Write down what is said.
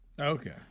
Okay